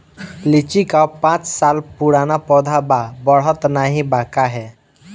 लीची क पांच साल पुराना पौधा बा बढ़त नाहीं बा काहे?